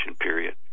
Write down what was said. period